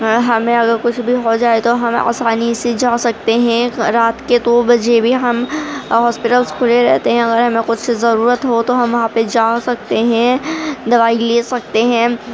ہمیں اگر کچھ بھی ہو جائے تو ہم آسانی سے جا سکتے ہیں رات کے دو بجے بھی ہم ہاسپٹلس کھلے رہتے ہیں اگر ہمیں کچھ ضرورت ہو تو ہم وہاں پہ جا سکتے ہیں دوائی لے سکتے ہیں